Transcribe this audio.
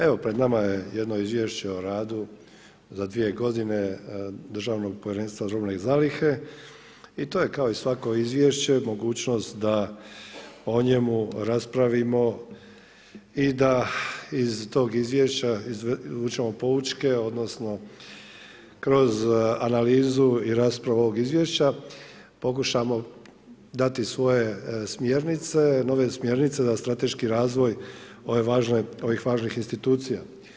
Evo pred nama je jedno izvješće o radu za dvije godine Državnog povjerenstva robne zalihe i to je kao i svako izvješće mogućnost da o njemu raspravimo i da iz tog izvješća izvučemo poučke odnosno kroz analizu i raspravu ovog izvješća pokušamo dati svoje smjernice, nove smjernice da strateški razvoj ove važne, ovih važnih institucija.